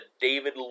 David